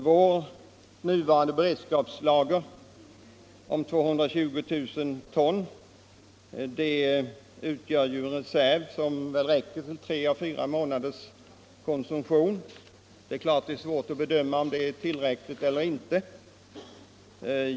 Vårt nuvarande beredskapslager på 220 000 ton utgör en reserv som räcker för tre å fyra månaders inhemsk konsumtion. Det är naturligtvis svårt att bedöma, om detta är tillräckligt eller inte.